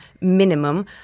minimum